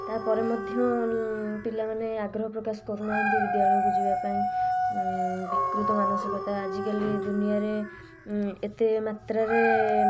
ତା'ପରେ ମଧ୍ୟ ପିଲାମାନେ ଆଗ୍ରହ ପ୍ରକାଶ କରୁନାହାଁନ୍ତି ବିଦ୍ୟାଳୟକୁ ଯିବା ପାଇଁ ବିକୃତ ମାନସିକତା ଆଜିକାଲି ଦୁନିଆରେ ଏତେ ମାତ୍ରାରେ